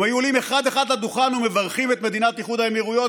הם היו עולים אחד-אחד לדוכן ומברכים את מדינת איחוד האמירויות